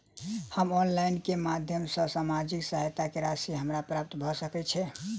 हम ऑनलाइन केँ माध्यम सँ सामाजिक सहायता केँ राशि हमरा प्राप्त भऽ सकै छै?